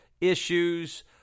issues